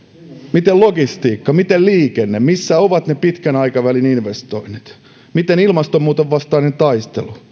miten logistiikka miten liikenne missä ovat pitkän aikavälin investoinnit miten ilmastonmuutoksen vastainen taistelu